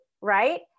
right